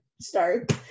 start